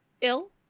ill